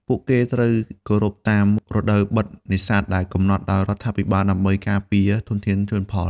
ពួកគេត្រូវគោរពតាម រដូវបិទនេសាទ ដែលកំណត់ដោយរដ្ឋាភិបាលដើម្បីការពារធនធានជលផល។